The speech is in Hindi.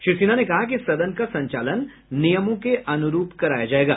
श्री सिन्हा ने कहा कि सदन का संचालन नियमों के अनुरूप कराया जायेगा